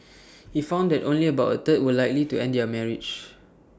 he found that only about A third were likely to end their marriage